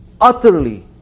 utterly